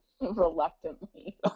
Reluctantly